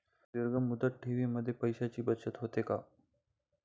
दीर्घ मुदत ठेवीमध्ये पैशांची बचत होते का?